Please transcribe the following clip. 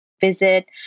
visit